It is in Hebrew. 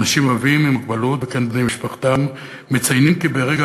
אנשים רבים עם מוגבלות וכן בני-משפחותיהם מציינים כי ברגע